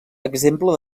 exemple